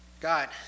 God